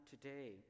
today